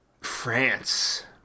france